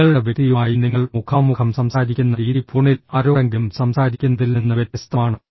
നിങ്ങളുടെ വ്യക്തിയുമായി നിങ്ങൾ മുഖാമുഖം സംസാരിക്കുന്ന രീതി ഫോണിൽ ആരോടെങ്കിലും സംസാരിക്കുന്നതിൽ നിന്ന് വ്യത്യസ്തമാണ്